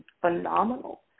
phenomenal